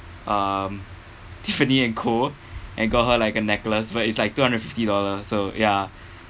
um Tiffany & Co. and got her like a necklace but it's like two hundred fifty dollars so ya